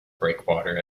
breakwater